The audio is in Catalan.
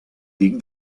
dic